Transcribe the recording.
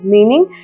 Meaning